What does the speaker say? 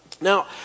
Now